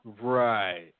Right